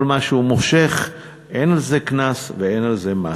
כל מה שהוא מושך, אין על זה קנס ואין על זה מס.